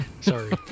Sorry